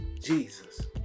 jesus